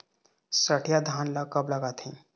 सठिया धान ला कब लगाथें?